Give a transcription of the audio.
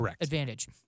advantage